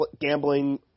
gambling